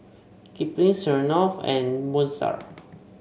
Kipling Smirnoff and Moon Star